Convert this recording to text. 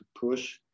push